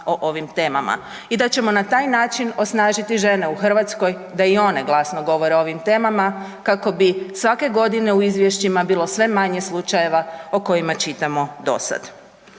o ovim temama i da ćemo na taj način osnažiti žene u Hrvatskoj da i one glasno govore o ovim temama kako bi svake godine u izvješćima bilo sve manje slučajeva o kojima čitamo dosada.